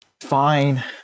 Fine